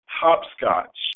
Hopscotch